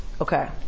Okay